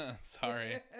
Sorry